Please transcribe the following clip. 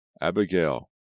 Abigail